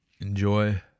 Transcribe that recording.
enjoy